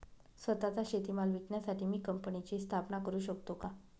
स्वत:चा शेतीमाल विकण्यासाठी मी कंपनीची स्थापना करु शकतो का?